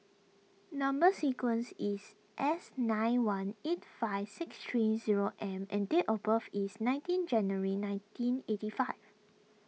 Number Sequence is S nine one eight five six three zero M and date of birth is nineteen January nineteen eighty five